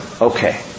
okay